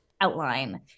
outline